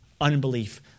unbelief